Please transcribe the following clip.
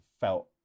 felt